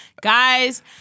Guys